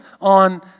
on